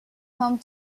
home